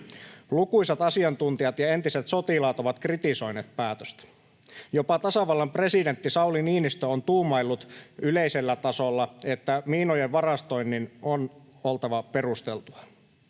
Lukuisat asiantuntijat ja entiset sotilaat ovat kritisoineet päätöstä. Jopa tasavallan presidentti Sauli Niinistö on tuumaillut yleisellä tasolla, että miinojen varastoinnin on oltava perusteltua.